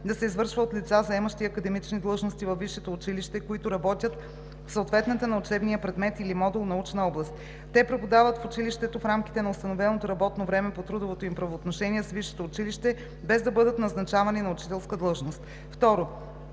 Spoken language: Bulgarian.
да се извършва от лица, заемащи академични длъжности във висшето училище, които работят в съответната на учебния предмет или модул научна област. Те преподават в училището в рамките на установеното работно време по трудовото им правоотношение с висшето училище, без да бъдат назначавани на учителска длъжност.“